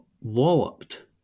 walloped